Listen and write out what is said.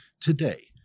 today